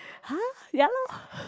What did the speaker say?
!huh! ya lor